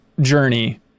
journey